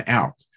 out